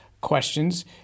questions